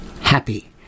happy